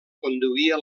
conduïa